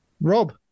Rob